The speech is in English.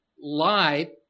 lie